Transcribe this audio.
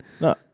No